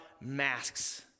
masks